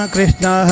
Krishna